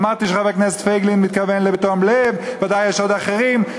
אמרתי שחבר הכנסת פייגלין מתכוון בתום לב ובוודאי יש עוד אחרים,